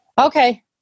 okay